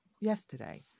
yesterday